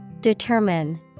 Determine